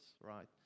right